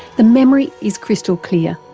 the memory is crystal clear,